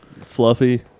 Fluffy